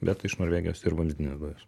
bet iš norvegijos ir vamzdinės dujos